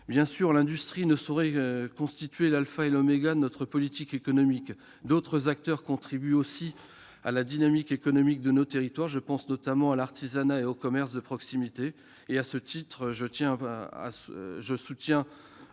Bien entendu, l'industrie ne saurait constituer l'alpha et l'oméga de notre politique économique. D'autres acteurs contribuent aussi au dynamisme économique dans nos territoires. Je pense notamment à l'artisanat et au commerce de proximité. À ce titre, je soutiens